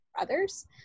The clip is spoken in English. others